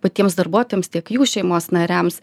patiems darbuotojams tiek jų šeimos nariams